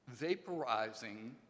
vaporizing